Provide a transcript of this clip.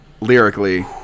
lyrically